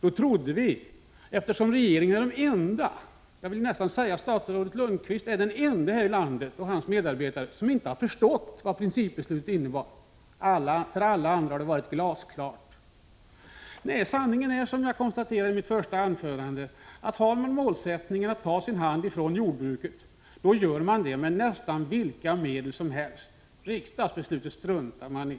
Ändå är statsrådet Lundkvist och hans medarbetare de enda här i landet som inte har förstått vad principbeslutet innebar. För alla andra har det varit glasklart. Sanningen är, som jag konstaterade i mitt första anförande, att har man målsättningen att ta sin hand ifrån jordbruket, gör man det med nästan vilka medel som helst. Riksdagsbeslut struntar man i.